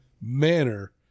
manner